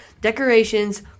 decorations